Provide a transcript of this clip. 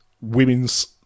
women's